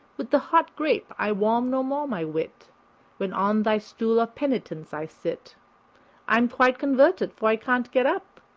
with the hot grape i warm no more my wit when on thy stool of penitence i sit i'm quite converted, for i can't get up.